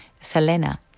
Selena